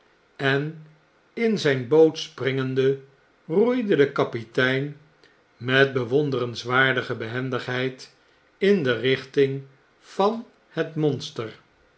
en in zgn boot springende roeide de kapitein met bewonderenswaardige behendigheid in de richting van het monster